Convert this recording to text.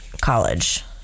college